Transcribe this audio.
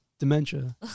dementia